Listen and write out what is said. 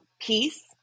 peace